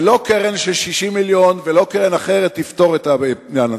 ולא קרן של 60 מיליון ולא קרן אחרת תפתור את העניין הזה.